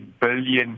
billion